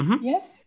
yes